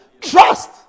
trust